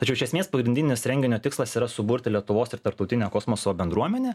tačiau iš esmės pagrindinis renginio tikslas yra suburti lietuvos ir tarptautinę kosmoso bendruomenę